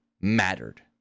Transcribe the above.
mattered